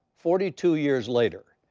forty two years later.